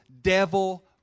devil